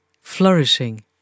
flourishing